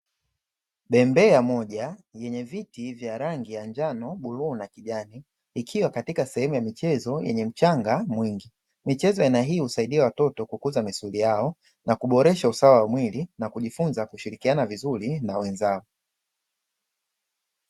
Bembea moja yenye viti vya rangi ya njano, bluu na kijani, ikiwa katika sehemu ya michezo yenye mchanga mwingi. Michezo ya aina hii husaidia watoto kukuza misuli yao na kuboresha usawa wa mwili na kujifunza kushirikiana vizuri na wenzao.